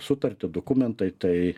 sutartį dokumentai tai